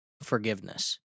forgiveness